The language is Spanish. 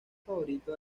favorito